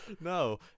no